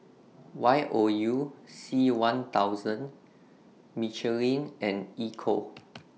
Y O U C one thousand Michelin and Ecco